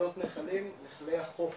גדות נחלים ונחלי החוף,